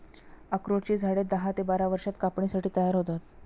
अक्रोडाची झाडे दहा ते बारा वर्षांत कापणीसाठी तयार होतात